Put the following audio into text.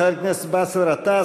חבר הכנסת באסל גטאס,